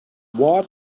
what